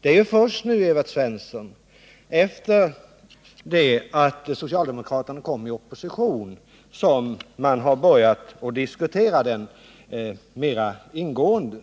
Det är ju först nu, Evert Svensson, sedan socialdemokraterna kommit i opposition, som man har börjat diskutera den mera ingående.